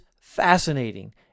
fascinating